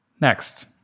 Next